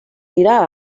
dira